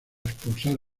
expulsar